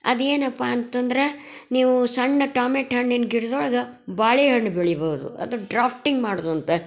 ಅದೇನಪ್ಪ ಅಂತಂದ್ರೆ ನೀವು ಸಣ್ಣ ಟೊಮೆಟ್ ಹಣ್ಣಿನ ಗಿಡದೊಳಗೆ ಬಾಳೆಹಣ್ಣು ಬೆಳಿಬೋದು ಅದು ಡ್ರಾಫ್ಟಿಂಗ್ ಮಾಡೋದಂತೆ